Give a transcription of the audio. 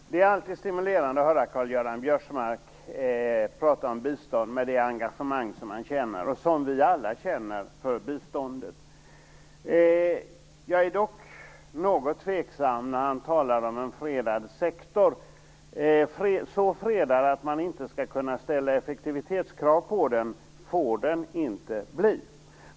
Herr talman! Det är alltid stimulerande att höra Karl-Göran Biörsmark prata om bistånd med det engagemang som han känner. Det engagemanget känner vi alla för biståndet. Jag är dock något tveksam när han talar om en fredad sektor. Så fredad att man inte skall kunna ställa effektivitetskrav får den inte bli.